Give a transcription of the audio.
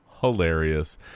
hilarious